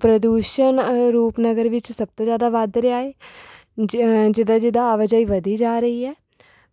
ਪ੍ਰਦੂਸ਼ਣ ਰੂਪਨਗਰ ਵਿੱਚ ਸਭ ਤੋਂ ਜ਼ਿਆਦਾ ਵੱਧ ਰਿਹਾ ਹੈ ਜ ਜਿੱਦਾਂ ਜਿੱਦਾਂ ਆਵਾਜਾਈ ਵਧੀ ਜਾ ਰਹੀ ਹੈ